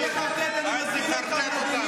אל תחרטט אותנו, אופיר.